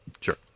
Sure